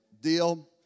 deal